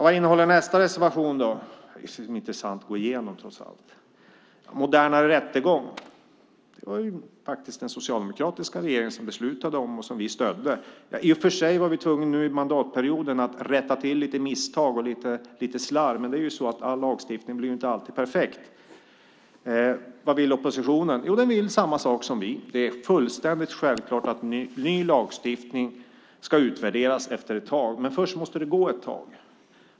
Vad innehåller nästa reservation? Det är trots allt lite intressant att gå igenom detta. Den handlar om en modernare rättegång. Det var faktiskt den socialdemokratiska regeringen som beslutade om detta, och vi stödde det. I och för sig har vi varit tvungna att rätta till några misstag och lite slarv under den här mandatperioden, men all lagstiftning blir ju inte alltid perfekt. Vad vill oppositionen? Jo, den vill samma sak som vi. Det är fullständigt självklart att ny lagstiftning ska utvärderas efter ett tag, men först måste det gå en tid.